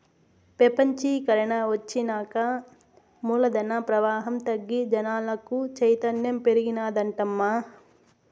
పెపంచీకరన ఒచ్చినాక మూలధన ప్రవాహం తగ్గి జనాలకు చైతన్యం పెరిగినాదటమ్మా